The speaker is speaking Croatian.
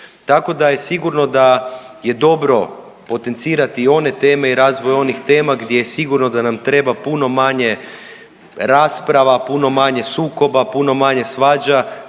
Tako da je sigurno da je dobro potencirati i one teme i razvoj onih tema gdje je sigurno da nam treba puno manje rasprava, puno manje sukoba, puno manje svađa